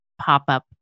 pop-up